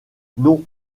non